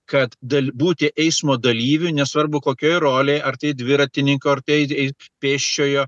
kad dal būti eismo dalyviu nesvarbu kokioj rolėj ar tai dviratininko ar tai ei pėsčiojo